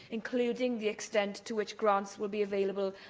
including the extent to which grants will be available,